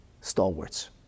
stalwarts